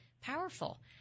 powerful